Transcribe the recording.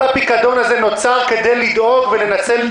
כל הפיקדון הזה נוצר כדי לדאוג ולנצל את